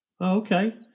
Okay